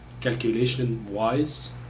calculation-wise